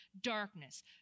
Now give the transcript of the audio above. darkness